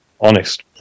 Honest